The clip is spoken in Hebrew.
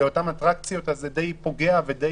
לאותן אטרקציות, זה די פוגע ודי